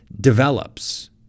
develops